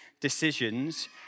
decisions